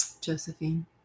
Josephine